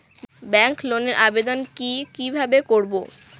Bank লোনের আবেদন কি কিভাবে করব?